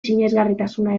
sinesgarritasuna